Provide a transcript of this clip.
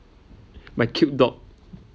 my cute dog